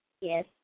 Yes